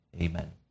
amen